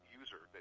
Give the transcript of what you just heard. user